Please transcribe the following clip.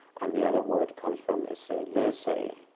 and the other word comes from, is lilsay.